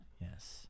yes